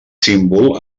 símbol